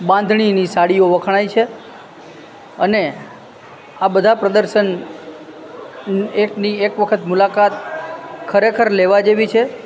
બાંધણીની સાડીઓ વખણાય છે અને આ બધા પ્રદર્શન એકની એક વખત મુલાકાત ખરેખર લેવા જેવી છે